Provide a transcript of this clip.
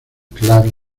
claro